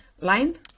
line